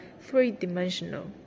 three-dimensional